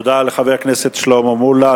תודה לחבר הכנסת שלמה מולה.